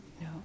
No